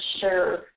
sure